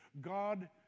God